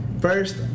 First